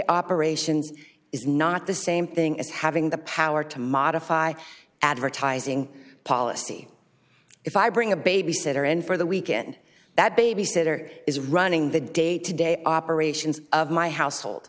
operations is not the same thing as having the power to modify advertising policy if i bring a babysitter and for the weekend that babysitter is running the day to day operations of my household